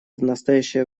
настоящее